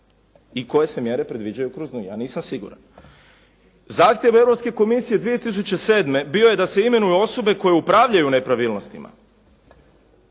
i koje se mjere predviđaju kroz nju? Ja nisam siguran. Zahtjev Europske komisije 2007. bio je da se imenuju osobe koje upravljaju nepravilnostima.